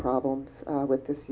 problems with this